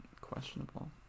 questionable